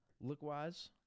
Look-wise